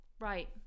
Right